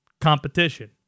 competition